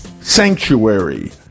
Sanctuary